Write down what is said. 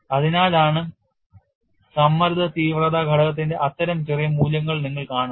അതിനാലാണ് സമ്മർദ്ദ തീവ്രത ഘടകത്തിന്റെ അത്തരം ചെറിയ മൂല്യങ്ങൾ നിങ്ങൾ കാണുന്നത്